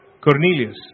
Cornelius